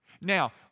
Now